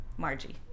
Margie